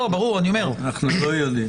אנחנו לא יודעים.